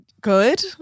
good